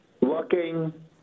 working